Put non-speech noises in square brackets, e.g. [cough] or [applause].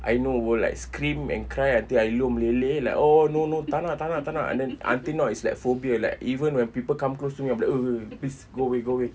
I know will like scream and cry until air liur meleleh like oh no no tak nak tak nak tak nak and then until now it's like phobia like even when people come close to me I'll be like [noise] please go away go away